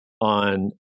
on